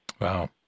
Wow